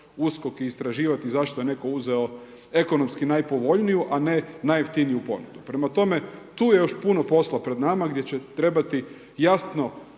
USKOK i istraživati zašto je netko uzeo ekonomski najpovoljniju a ne najjeftiniju ponudu. Prema tome, tu je još puno posla pred nama gdje će trebati jasno